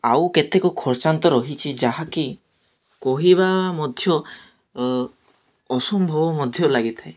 ଆଉ କେତେକ ଖର୍ଚ୍ଚାନ୍ତ ରହିଛି ଯାହାକି କହିବା ମଧ୍ୟ ଅସମ୍ଭବ ମଧ୍ୟ ଲାଗିଥାଏ